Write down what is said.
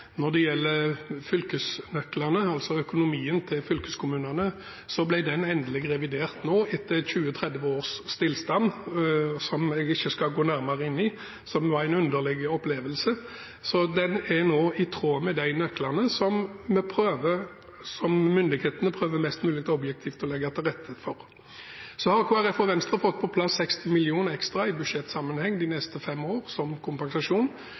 Når det gjelder fylkesnøklene – altså økonomien til fylkeskommunene – ble det endelig revidert nå etter 20-30 års stillstand, som jeg ikke skal gå nærmere inn på, men det var en underlig opplevelse. Den er nå i tråd med de nøklene som myndighetene prøver mest mulig objektivt å legge til rette for. Kristelig Folkeparti og Venstre har fått på plass 60 mill. kr ekstra i budsjettsammenheng de neste fem år som kompensasjon.